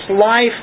life